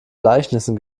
gleichnissen